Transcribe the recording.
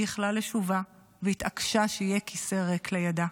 ייחלה לשובה והתעקשה שיהיה כיסא ריק לידה.